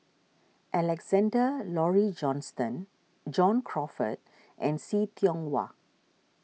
Alexander Laurie Johnston John Crawfurd and See Tiong Wah